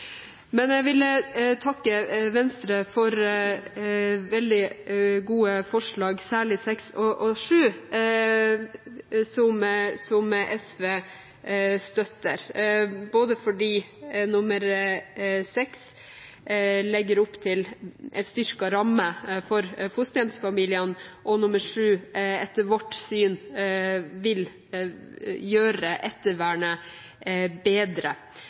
Men jeg vil takke Venstre for veldig gode forslag, særlig forslagene nr. 6 og 7, som SV støtter – fordi forslag nr. 6 legger opp til en styrket ramme for fosterhjemsfamiliene, og fordi forslag nr. 7 etter vårt syn vil gjøre ettervernet bedre.